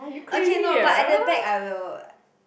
okay no but at the back I will